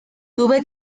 tuve